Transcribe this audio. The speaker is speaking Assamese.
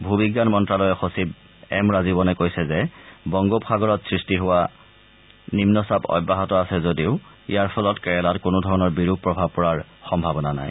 ভূবিজ্ঞান মন্ত্যালয়ৰ সচিব এম ৰাজীৱনে কৈছে যে বংগোপ সাগৰত সৃষ্টি হোৱা নিম্নচাপ অব্যাহত আছে যদিও ইয়াৰ ফলত কেৰালাত কোনোধৰণৰ বিৰূপ প্ৰভাৱ পৰাৰ সম্ভাৱনা নাই